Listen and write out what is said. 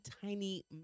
tiny